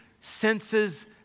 senses